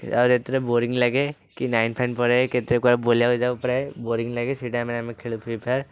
ଆଉ ଯେତେବେଳେ ବୋରିଂ ଲାଗେ କି ଲାଇନ୍ ଫାଇନ୍ ପଳାଏ କେତେ କୁଆଡ଼େ ବୁଲିବାକୁ ଯାଉ ପ୍ରାୟ ବୋରିଂ ଲାଗେ ସେଇ ଟାଇମ୍ରେ ଆମେ ଖେଳୁ ଫ୍ରି ଫାୟାର୍